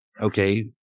okay